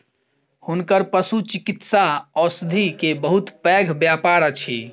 हुनकर पशुचिकित्सा औषधि के बहुत पैघ व्यापार अछि